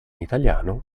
italiano